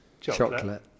chocolate